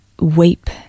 weep